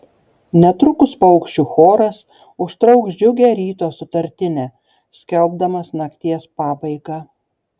netrukus paukščių choras užtrauks džiugią ryto sutartinę skelbdamas nakties pabaigą